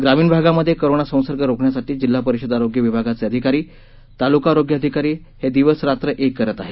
ग्रामीण भागामध्ये कोरोना संसर्ग रोखण्यासाठी जिल्हा परिषद आरोग्य विभागाचे अधिकारी तालुका आरोग्य अधिकारी हे दिवस रात्र एक करीत आहे